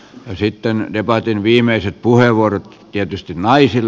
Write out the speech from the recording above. sitten debatin viimeiset puheenvuorot tietysti naisille